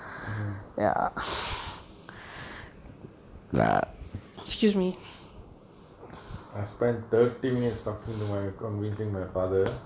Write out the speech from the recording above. uh um I spent thirty minutes talking to my convincing my father